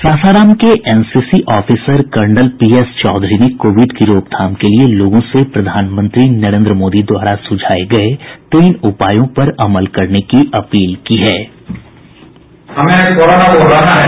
सासाराम के NCC officer colonel B S Chaudhary ने Covid की रोकथाम के लिये लोगों से प्रधानमंत्री नरेन्द्र मोदी द्वारा सुझाये गये तीन उपायों पर अमल करने की अपील की है